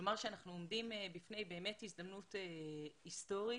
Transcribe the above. לומר שאנחנו עומדים בפני הזדמנות היסטורית.